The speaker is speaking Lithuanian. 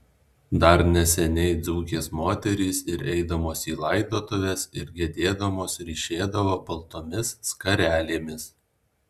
dar neseniai dzūkės moterys ir eidamos į laidotuves ir gedėdamos ryšėdavo baltomis skarelėmis